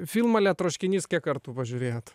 filmą la troškinys kiek kartų pažiūrėjot